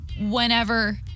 whenever